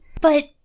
But-